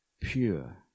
pure